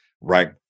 Right